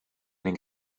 ning